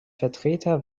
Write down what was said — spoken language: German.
vertreter